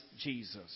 Jesus